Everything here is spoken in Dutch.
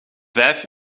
vijf